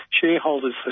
Shareholders